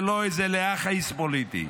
זה לא איזה להכעיס פוליטי,